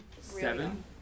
seven